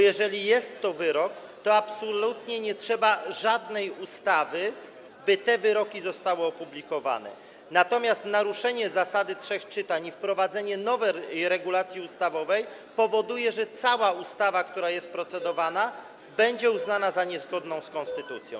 Jeżeli jest to wyrok, to absolutnie nie trzeba żadnej ustawy, by te wyroki zostały opublikowane, natomiast naruszenie zasady trzech czytań i wprowadzenie nowej regulacji ustawowej powodują, że cała ustawa, nad którą się proceduje, będzie uznana za niezgodną z konstytucją.